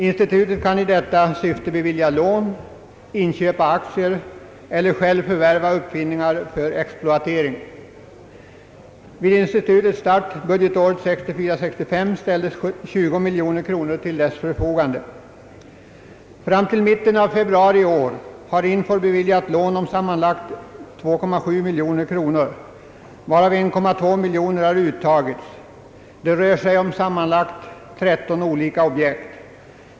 Institutet kan i detta syfte bevilja lån, inköpa aktier eller självt förvärva uppfinningar för exploatering. Vid institutets start budgetåret 1964/1965 ställdes 20 miljoner kronor till dess förfogande. Fram till mitten av februari i år har INFOR beviljat lån om sammanlagt 2,7 miljoner kronor, varav 1,2 miljon har uttagits. Det rör sig om sammanlagt 13 olika objekt.